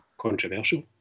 Controversial